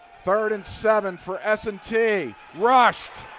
third and seven for s and t. rushed,